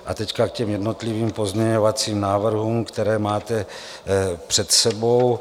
A teď k těm jednotlivým pozměňovacím návrhům, které máte před sebou.